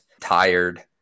tired